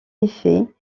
effet